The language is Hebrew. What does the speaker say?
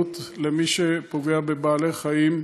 סובלנות למי שפוגע בבעלי חיים.